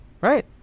Right